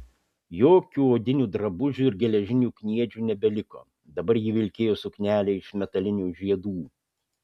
jokių odinių drabužių ir geležinių kniedžių nebeliko dabar ji vilkėjo suknelę iš metalinių žiedų